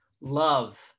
love